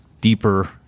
deeper